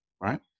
right